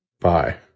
Bye